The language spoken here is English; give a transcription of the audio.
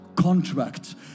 Contract